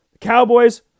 Cowboys